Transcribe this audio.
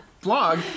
blog